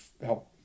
help